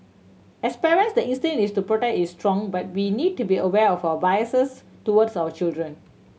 as parents the instincts to protect is strong but we need to be aware of our biases towards our children